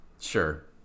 Sure